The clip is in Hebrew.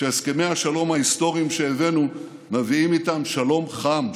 שהסכמי השלום ההיסטוריים שהבאנו מביאים איתם שלום חם,